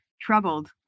troubled